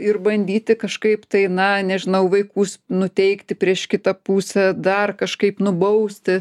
ir bandyti kažkaip tai na nežinau vaikus nuteikti prieš kitą pusę dar kažkaip nubausti